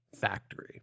factory